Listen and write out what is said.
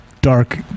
dark